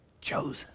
Chosen